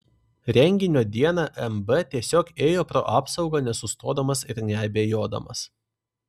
renginio dieną mb tiesiog ėjo pro apsaugą nesustodamas ir neabejodamas